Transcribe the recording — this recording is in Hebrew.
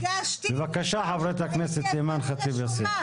בבקשה ח"כ אימאן ח'טיב יאסין.